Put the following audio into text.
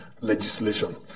legislation